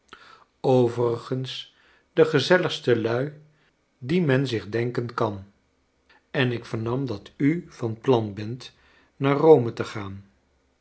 overigens de gezelligste lui die men zich henken kan en ik vernam dat u van plan bent naar rome te gaan